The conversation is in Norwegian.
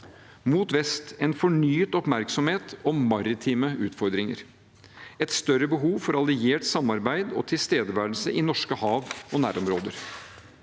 er det en fornyet oppmerksomhet om maritime utfordringer, og et større behov for alliert samarbeid og tilstedeværelse i norske hav- og nærområder.